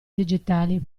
digitali